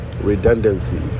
redundancy